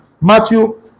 Matthew